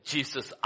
Jesus